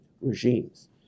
regimes